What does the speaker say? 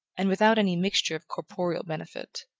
and without any mixture of corporeal benefit.